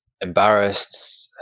embarrassed